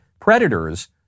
predators